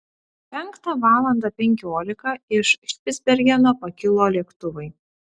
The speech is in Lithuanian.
penktą valandą penkiolika iš špicbergeno pakilo lėktuvai